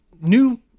new